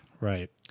Right